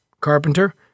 Carpenter